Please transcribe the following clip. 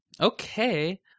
Okay